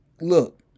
Look